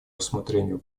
рассмотрению